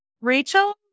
Rachel